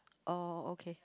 oh okay